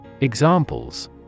Examples